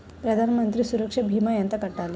ప్రధాన మంత్రి సురక్ష భీమా ఎంత కట్టాలి?